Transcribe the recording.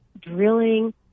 drilling